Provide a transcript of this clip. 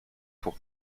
pour